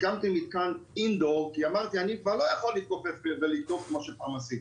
הקמתי מתקן indoor כי אמרתי אני כבר לא יכול להתכופף כמו שפעם עשיתי,